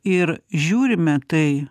ir žiūrime tai